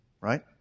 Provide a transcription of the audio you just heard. Right